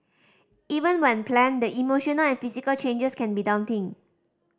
even when planned the emotional and physical changes can be daunting